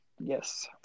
Yes